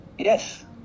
Yes